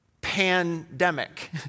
pandemic